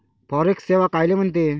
Forex सेवा कायले म्हनते?